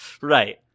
right